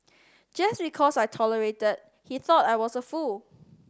just because I tolerated he thought I was a fool